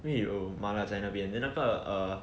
因为有麻辣在那边 then 那个 err